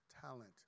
talent